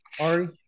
Ari